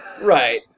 Right